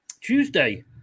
Tuesday